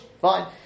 fine